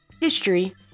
history